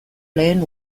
lehen